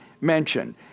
mentioned